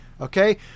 Okay